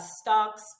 Stocks